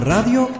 Radio